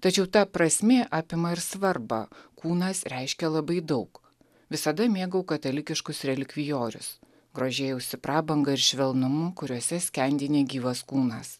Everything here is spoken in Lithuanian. tačiau ta prasmė apima ir svarbą kūnas reiškia labai daug visada mėgau katalikiškus relikvijorius grožėjausi prabanga ir švelnumu kuriuose skendi negyvas kūnas